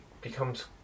becomes